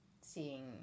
seeing